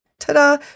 ta-da